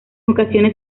ocasiones